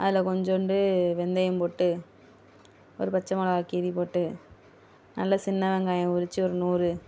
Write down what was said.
அதில் கொஞ்சோண்டு வெந்தயம் போட்டு ஒரு பச்சை மிளகா கீறி போட்டு நல்ல சின்ன வெங்காயம் உரிச்சு ஒரு நூறு